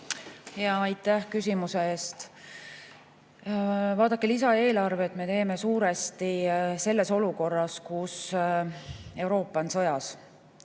Aitäh küsimuse eest! Vaadake, lisaeelarvet me teeme suuresti olukorras, kus Euroopa on sõjas,